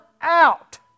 out